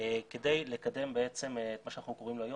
כדי לקדם בעצם את מה שאנחנו קוראים לו היום,